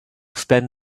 spend